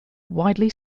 widely